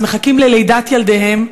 מחכים ללידת ילדיהם.